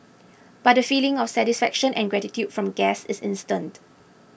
but the feeling of satisfaction and gratitude from guests is instant